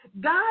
God